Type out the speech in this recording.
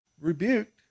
rebuked